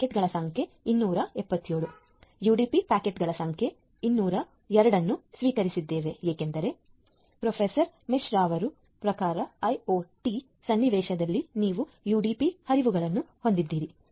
ಆದ್ದರಿಂದ ಯುಡಿಪಿ ಪ್ಯಾಕೆಟ್ಗಳ ಸಂಖ್ಯೆ 202 ಅನ್ನು ಸ್ವೀಕರಿಸಿದ್ದೇವೆ ಏಕೆಂದರೆ ಪ್ರೊಫೆಸರ್ ಮಿಶ್ರಾ ಅವರ ಪ್ರಕಾರ ಐಒಟಿ ಸನ್ನಿವೇಶದಲ್ಲಿ ನೀವು ಯುಡಿಪಿ ಹರಿವುಗಳನ್ನು ಹೊಂದಿದ್ದೀರಿ